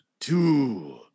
two